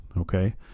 okay